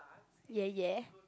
ya ya